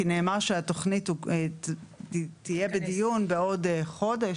כי נאמר שהתכנית תהיה בדיון עוד חודש,